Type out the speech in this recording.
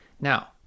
Now